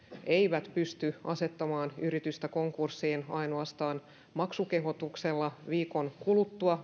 eivät pysty asettamaan yritystä konkurssiin ainoastaan maksukehotuksella viikon kuluttua